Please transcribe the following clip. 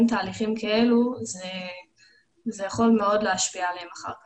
תהליכים כאלה זה יכול מאוד להשפיע עליהם אחר כך.